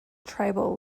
tribal